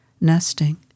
nesting